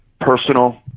personal